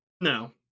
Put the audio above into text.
No